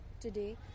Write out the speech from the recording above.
Today